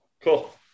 Cool